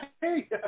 Hey